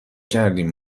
کردیم